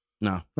No